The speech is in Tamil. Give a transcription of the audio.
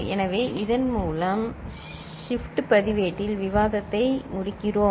எனவே இதன் மூலம் ஷிப்ட் பதிவேட்டில் விவாதத்தை முடிக்கிறோம்